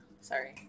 sorry